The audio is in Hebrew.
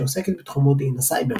שעוסקת בתחום מודיעין הסייבר.